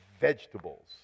vegetables